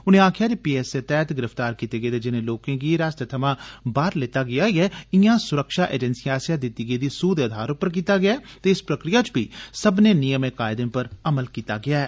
उनें आक्खेआ जे पी एस ए तैहत गिरफ्तार कीते गेदे जिनें लोकें गी रयासतै थमां बाहर लेता गेआ ऐ इयां सुरक्षा एजंसिएं आस्सेआ दिती गेदी सूह दे आधार पर कीता गेआ ऐ ते इस प्रक्रिया च बी सब्बने नियमें कायदें पर अमल कीता गेआ ऐ